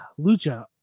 Lucha